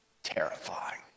terrifying